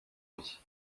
vie